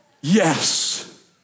Yes